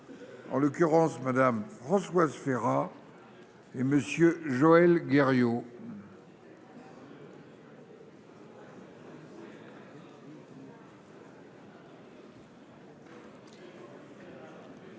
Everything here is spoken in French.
En l'occurrence madame Françoise Férat. Et monsieur Joël Guerriau.